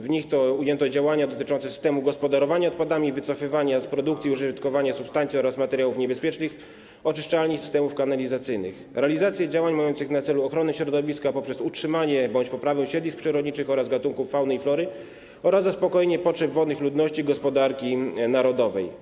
W nich to ujęto działania dotyczące systemu gospodarowania odpadami, wycofywania z produkcji i użytkowania substancji oraz materiałów niebezpiecznych, oczyszczalni i systemów kanalizacyjnych, realizację działań mających na celu ochronę środowiska poprzez utrzymanie bądź poprawę siedlisk przyrodniczych oraz gatunków fauny i flory oraz zaspokojenie potrzeb wodnych ludności i gospodarki narodowej.